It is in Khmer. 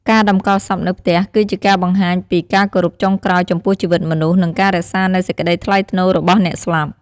ការតម្កល់សពនៅផ្ទះ គឺជាការបង្ហាញពី ការគោរពចុងក្រោយ ចំពោះជីវិតមនុស្ស និងការរក្សានូវសេចក្តីថ្លៃថ្នូររបស់អ្នកស្លាប់។